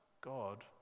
God